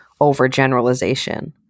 overgeneralization